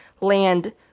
land